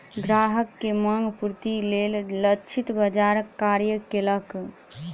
ग्राहक के मांग पूर्तिक लेल लक्षित बाजार कार्य केलक